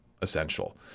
essential